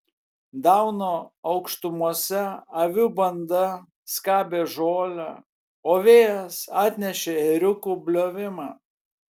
dauno aukštumose avių banda skabė žolę o vėjas atnešė ėriukų bliovimą